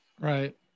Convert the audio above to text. Right